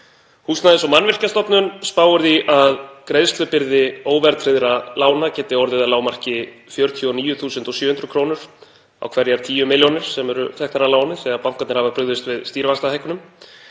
Húsnæðis- og mannvirkjastofnun spáir því að greiðslubyrði óverðtryggðra lána geti orðið að lágmarki 49.700 kr. á hverjar 10 millj. kr. sem eru teknar að láni þegar bankarnir hafa brugðist við stýrivaxtahækkunum